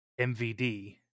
MVD